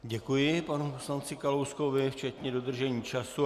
Děkuji panu poslanci Kalouskovi, včetně dodržení času.